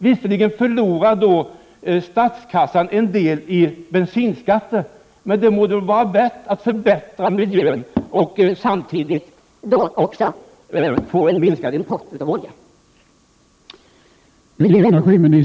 Visserligen förlorar statskassan en del i bensinskatt, men det må det vara värt att förbättra miljön och samtidigt minska importen av olja.